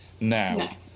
now